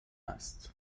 است